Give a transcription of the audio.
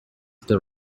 the